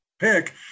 pick